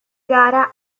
gara